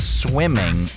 swimming